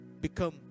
become